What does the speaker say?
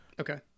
Okay